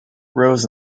rose